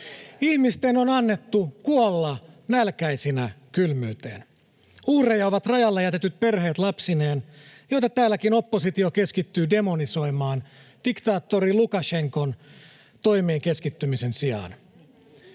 Ihmisten on annettu kuolla nälkäisinä kylmyyteen. Uhreja ovat rajalle jätetyt perheet lapsineen, joita täälläkin oppositio keskittyy demonisoimaan diktaattori Lukašenkan toimiin keskittymisen sijaan.